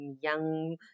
young